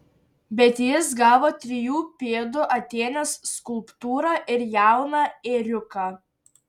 bet jis gavo trijų pėdų atėnės skulptūrą ir jauną ėriuką